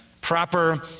proper